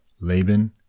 Laban